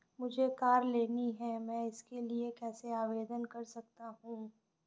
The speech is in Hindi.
मुझे कार लेनी है मैं इसके लिए कैसे आवेदन कर सकता हूँ?